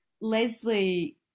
leslie